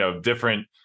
different